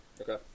okay